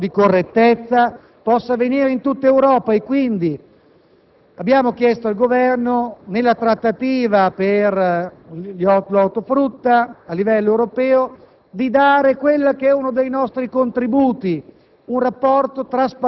un rapporto di correttezza in tutta Europa e quindi abbiamo chiesto al Governo, nella trattativa per l'ortofrutta a livello europeo, di dare quello che è uno dei nostri contributi: